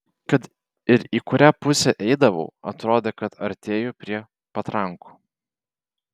kad ir į kurią pusę eidavau atrodė kad artėju prie patrankų